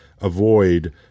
avoid